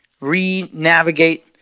re-navigate